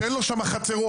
שאין לו שם חצרות,